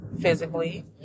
physically